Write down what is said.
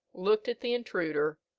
looked at the intruder,